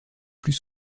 plus